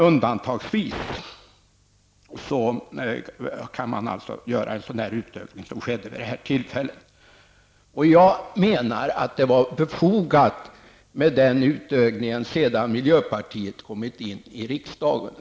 Undantagsvis kan en sådan utökning som skedde vid detta tillfälle göras. Jag menar att det var befogat med denna utökning efter det att miljöpartiet kommit in i riksdagen.